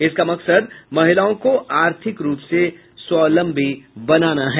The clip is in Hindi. इसका मकसद महिलाओं को आर्थिक रूप से स्वावलंबी बनाना है